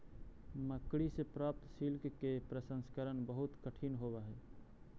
मकड़ि से प्राप्त सिल्क के प्रसंस्करण बहुत कठिन होवऽ हई